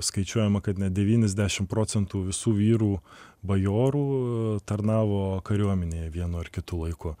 skaičiuojama kad net devyniasdešimt procentų visų vyrų bajorų tarnavo kariuomenėje vienu ar kitu laiku